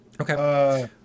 Okay